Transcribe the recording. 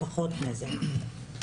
2021,